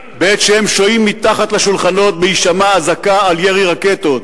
בעת שהם שוהים מתחת לשולחנות בהישמע האזעקה על ירי רקטות,